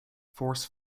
force